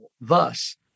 thus